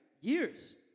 Years